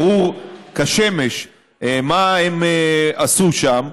ברור כשמש מה הם עשו שם,